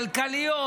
כלכליות,